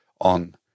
on